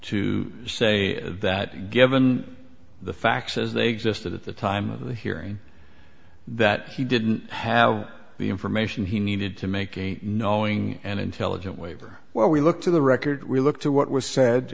to say that given the facts as they existed at the time of the hearing that he didn't have the information he needed to make knowing and intelligent waiver well we look to the record we look to what was said